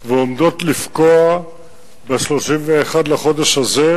ועומדות לפקוע ב-31 לחודש הזה.